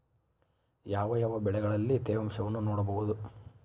ಯಾವ ಯಾವ ಬೆಳೆಗಳಲ್ಲಿ ತೇವಾಂಶವನ್ನು ನೋಡಬಹುದು?